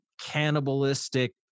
cannibalistic